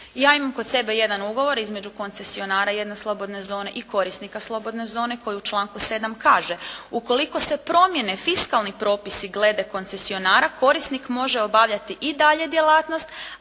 Ja imam kod sebe jedan ugovor između koncesionara jedne slobodne zone i korisnika slobodne zone koji u članku 7. kaže: «Ukoliko se promjene fiskalni propisi glede koncesionara korisnik može obavljati i dalje djelatnost